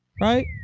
Right